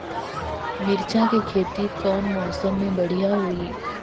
मिरचा के खेती कौन मौसम मे बढ़िया होही?